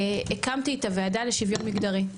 הקמתי את הוועדה לשוויון מגדרי.